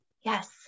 Yes